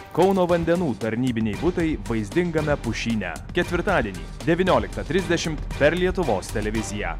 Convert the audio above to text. kauno vandenų tarnybiniai butai vaizdingame pušyne ketvirtadienį devynioliktą trisdešimt per lietuvos televiziją